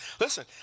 Listen